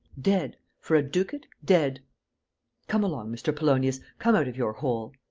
dead, for a ducat, dead come along, mr. polonius, come out of your hole.